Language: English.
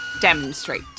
demonstrate